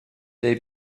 they